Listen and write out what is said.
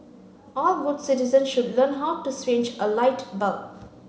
all good citizens should learn how to change a light bulb